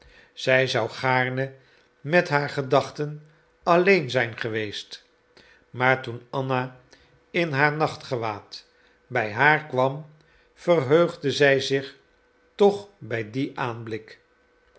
zij zou gaarne met haar gedachten alleen zijn geweest maar toen anna in haar nachtgewaad bij haar kwam verheugde zij zich toch bij dien aanblik